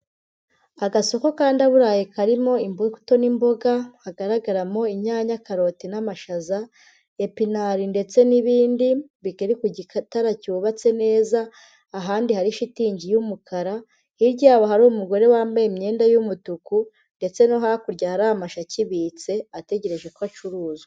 Agasoko ka ndaburaye karimo imbuto n'imboga, hagaragaramo inyanya, karoti n'amashaza, epinari ndetse n'ibindi, biri ku gikatara cyubatse neza, ahandi hari shitingi y'umukara, hirya yabo hari umugore wambaye imyenda y'umutuku, ndetse no hakurya hari amashu akibitse, ategereje ko acuruzwa.